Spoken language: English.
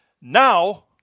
Now